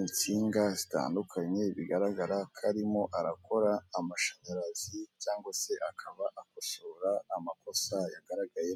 insinga zitandukanye bigaragara ko aririmo arakora amashanyarazi cyangwa se akaba akosora amakosa yagaragayemo.